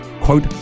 quote